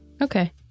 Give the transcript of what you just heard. Okay